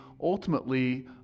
ultimately